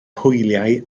hwyliau